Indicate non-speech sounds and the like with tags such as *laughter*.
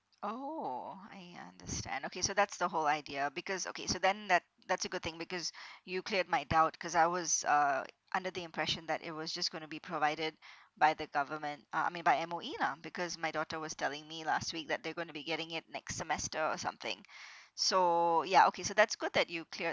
oh I understand okay so that's the whole idea because okay so then that that's a good thing because *breath* you cleared my doubt cause I was uh under the impression that it was just gonna be provided by the government I mean by M_O_E lah because my daughter was telling me last week that they're gonna be getting it next semester or something *breath* so ya okay so that's good that you cleared